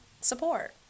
support